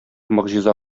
могҗиза